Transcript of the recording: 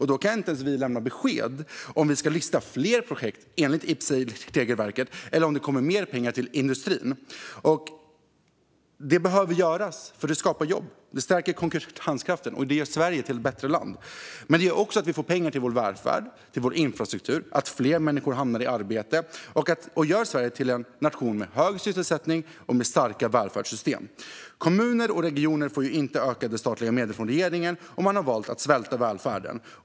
Ändå kan vi inte ens lämna besked om vi ska lista fler projekt enligt IPCEI-regelverket eller om det kommer mer pengar till industrin. Det behöver göras för det skapar jobb, stärker konkurrenskraften och gör Sverige till ett bättre land. Men det gör också att vi får pengar till vår välfärd och infrastruktur och att fler människor kommer i arbete. Det gör också Sverige till en nation med hög sysselsättning och starka välfärdssystem. Kommuner och regioner får inte ökade statliga medel från regeringen. Man har valt att svälta välfärden.